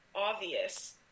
obvious